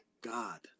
God